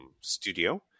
studio